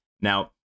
Now